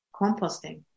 composting